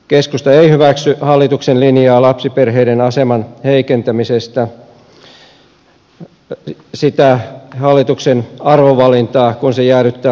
keskusta ei hyväksy hallituksen linjaa lapsiperheiden aseman heikentämisestä sitä hallituksen arvovalintaa kun se jäädyttää lapsilisät